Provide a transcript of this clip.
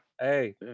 Hey